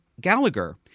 Gallagher